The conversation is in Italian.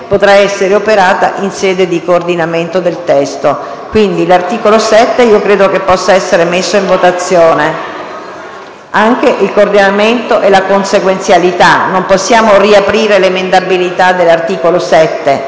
potrà essere operata in sede di coordinamento del testo. Quindi, l'articolo 7 credo possa essere messo in votazione. È una questione di coordinamento e consequenzialità: non possiamo riaprire l'emendabilità dell'articolo 7,